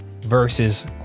versus